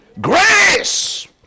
Grace